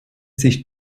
sich